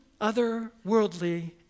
otherworldly